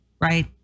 right